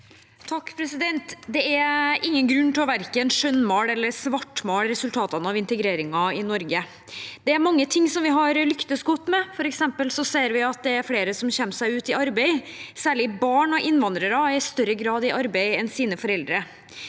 (H) Det er ingen grunn til verken å skjønnmale eller svartmale resultatene av integreringen i Norge. Det er mange ting vi har lyktes godt med, f.eks. ser vi at det er flere som kommer seg ut i arbeid. Særlig barn av innvandrere er i større grad i arbeid enn sine foreldre.